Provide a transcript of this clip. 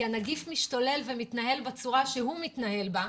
כי הנגיף משתולל ומתנהל בצורה שהוא מתנהל בה,